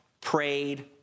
prayed